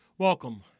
Welcome